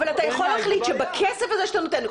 אבל אתה יכול להחליט שבכסף הזה שאתה נותן,